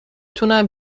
تونم